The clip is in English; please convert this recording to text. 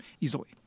easily